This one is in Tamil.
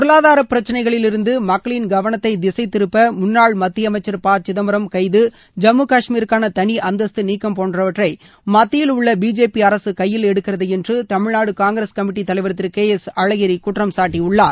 பொருளாதார பிரச்சினைகளிலிருந்து மக்களின் கவனத்தை திசை திருப்ப முன்னாள் மத்திய அமைச்சர் ப சிதம்பரம் கைது ஜம்மு கஷ்மீரிருக்கான தனி அந்தஸ்து நீக்கம் போன்றவற்றை மத்தியில் உள்ள பிஜேபி அரசு கையில் எடுக்கிறது என்று தமிழ்நாடு காங்கிரஸ் கமிட்டித் தலைவர் திரு கே எஸ் அழகிரி குற்றம் சாட்டியுள்ளார்